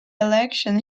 election